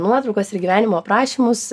nuotraukas ir gyvenimo aprašymus